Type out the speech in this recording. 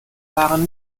fahren